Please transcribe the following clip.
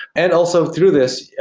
and also through this,